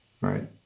right